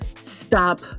stop